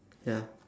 ya